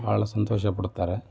ಬಹಳ ಸಂತೋಷ ಪಡ್ತಾರೆ